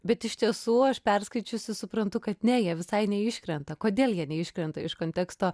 bet iš tiesų aš perskaičiusi suprantu kad ne jie visai neiškrenta kodėl jie neiškrenta iš konteksto